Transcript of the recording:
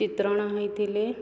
ଚିତ୍ରଣ ହୋଇଥିଲେ